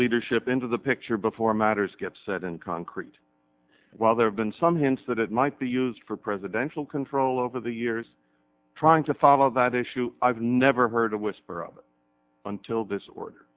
leadership into the picture before matters get set in concrete while there have been some hints that it might be used for presidential control over the years trying to follow that issue i've never heard a whisper of until this order